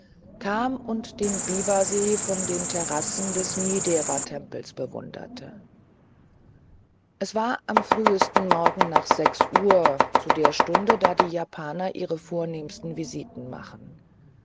kam und den biwasee von den terrassen des miideratempels bewunderte es war am frühesten morgen nach sechs uhr zu der stunde da die japaner ihre vornehmsten visiten machen